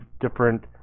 different